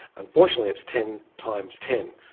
unfortunately, it's ten times ten.